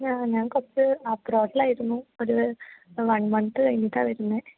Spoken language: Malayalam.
ആ ഞാൻ കുറച്ചു അബ്രോഡിലായിരുന്നു ഒരു വൺ മന്ത് കഴിഞ്ഞിട്ടാണ് വരുന്നത്